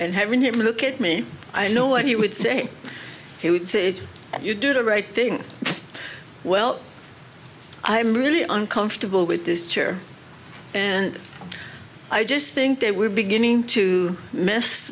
and having him look at me i know what he would say he would say if you do the right thing well i am really uncomfortable with this chair and i just think they were beginning to miss